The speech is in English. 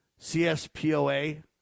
CSPOA